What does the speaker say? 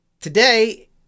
Today